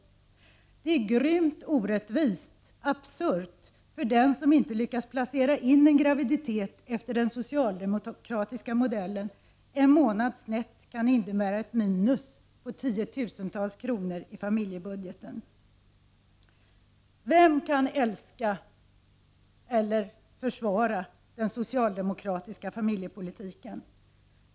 Det är grymt orättvist, absurt för den som inte lyckas planera in en graviditet efter den socialdemokratiska modellen. En månad snett kan innebära ett minus på tiotusentals kronor! Vem kan älska, eller försvara, den socialdemokratiska familjepolitiken?